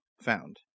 found